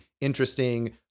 interesting